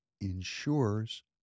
ensures